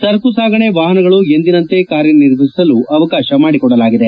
ಸರಕು ಸಾಗಣೆ ವಾಹನಗಳು ಎಂದಿನಂತೆ ಕಾರ್ಯನಿರ್ವಹಿಸಲು ಅವಕಾಶ ಮಾಡಿಕೊಡಲಾಗಿದೆ